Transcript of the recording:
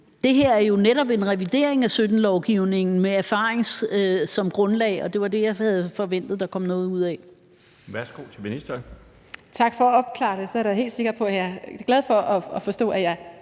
det her er jo netop en revidering af 2017-lovgivningen med erfaringen som grundlag, og det var det, jeg havde forventet der kom noget ud af.